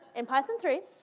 in python three,